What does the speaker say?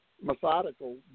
methodical